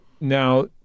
Now